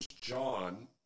John